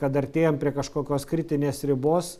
kad artėjam prie kažkokios kritinės ribos